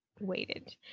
waited